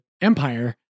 empire